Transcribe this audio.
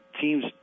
teams